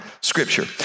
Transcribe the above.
Scripture